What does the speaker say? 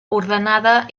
ordenada